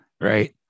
Right